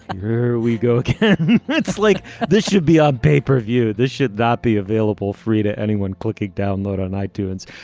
here we go again. it's like this should be on pay per view. this should not be available free to anyone clicking download on itunes.